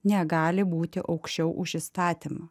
negali būti aukščiau už įstatymą